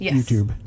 YouTube